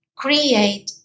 Create